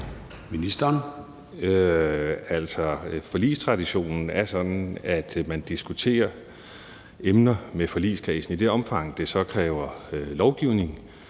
Altså, forligstraditionen er sådan, at man diskuterer emner med forligskredsen, og i det omfang, det så kræver lovgivning,